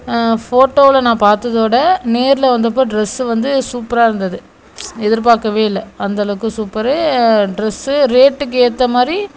ஃபோட்டோவில நான் பார்த்ததோட நேரில் வந்தப்போ ட்ரெஸ்ஸு வந்து சூப்பராக இருந்தது எதிர்பார்க்கவே இல்லை அந்தளவுக்கு சூப்பரு ட்ரெஸ்ஸு ரேட்டுக்கு ஏற்றமாரி